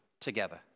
together